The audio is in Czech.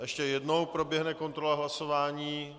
Ještě jednou proběhne kontrola hlasování.